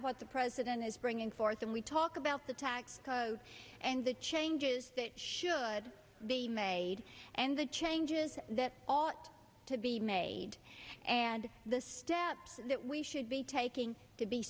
what the president is bringing forth and we talk about the tax code and the changes that should be made and the changes that all to be made and the steps that we should be taking to be